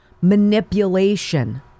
manipulation